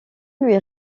lui